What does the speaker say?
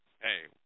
hey